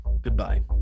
Goodbye